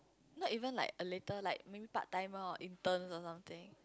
not even like a little like maybe part timer or intern or something